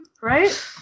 Right